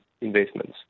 investments